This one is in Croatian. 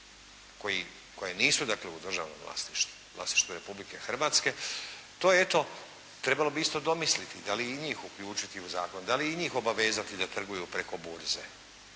koje nisu dakle u državnom vlasništvu, vlasništvu Republike Hrvatske? To eto, trebalo bi isto domisliti da li i njih uključiti u zakon, da li i njih obavezati da trguju preko burze